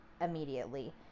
immediately